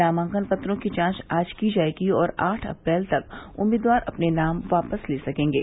नामांकन पत्रों की जांच आज की जायेगी और आठ अप्रैल तक उम्मीदवार अपने नाम वापस ले सकेंगे